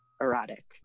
erotic